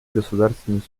государственный